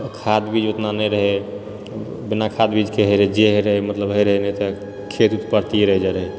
खाद्य बीज उतना नहि रहै बिना खाद्य बीजके होइत रहै जे होइत रहै मतलब होइत रहै अभी तक खेत उत परतीये रहि जाय रहै